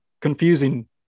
confusing